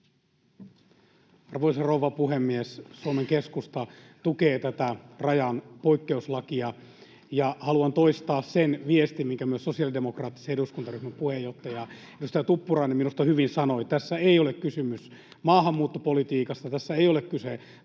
Arvoisa rouva puhemies! Suomen keskusta tukee tätä rajan poikkeuslakia. Haluan toistaa sen viestin, minkä myös sosiaalidemokraattisen eduskuntaryhmän puheenjohtaja edustaja Tuppurainen minusta hyvin sanoi: tässä ei ole kysymys maahanmuuttopolitiikasta, tässä ei ole kyse turvapaikanhausta